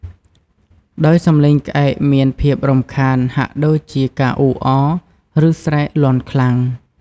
ដោយសំឡេងក្អែកមានភាពរំខាន ហាក់ដូចជាការអ៊ូរអរ ឬស្រែកលាន់ខ្លាំង។